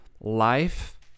life